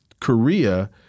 Korea